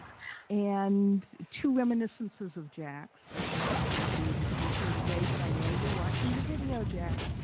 and two reminisces of jack's, unfortunately he was unable to be here today, but i know you're watching the video jack.